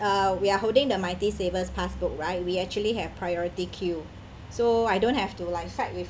uh we are holding the mighty savers passbook right we actually have priority queue so I don't have to like fight with